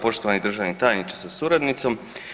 Poštovani državni tajniče sa suradnicom.